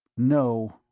no,